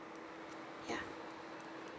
ya